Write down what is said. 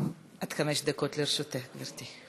לרשותך, גברתי.